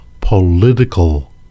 Political